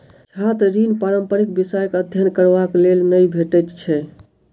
छात्र ऋण पारंपरिक विषयक अध्ययन करबाक लेल नै भेटैत छै